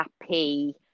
happy